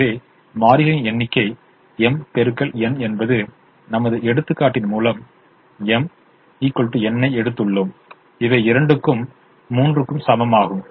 எனவே மாறிகளின் எண்ணிக்கை என்பது நமது எடுத்துக்காட்டின் மூலம் m n ஐ எடுத்துள்ளோம் இவை இரண்டும் 3 க்கு சமமாகும்